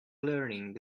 learning